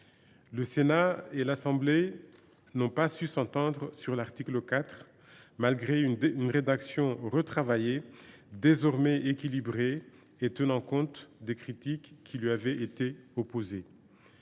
Le Sénat et l’Assemblée n’ont pas su s’entendre sur l’article 4, malgré une rédaction retravaillée, désormais équilibrée et tenant compte des critiques qui lui avaient été opposées.